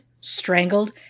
strangled